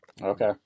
Okay